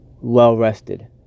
well-rested